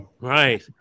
Right